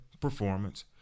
performance